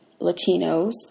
Latinos